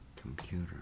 computer